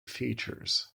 features